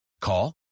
Call